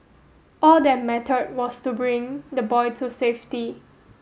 all that matter was to bring the boy to safety